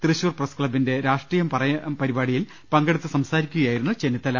തൃശ്ശൂർ പ്രസ്ക്ലബ്ബിൻെറ രാഷ്ട്രീയം പറയാം പരിപാടിയിൽ പങ്കെടുത്തു സംസാരിക്കുകയായിരുന്നു ചെന്നിത്തല